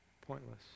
pointless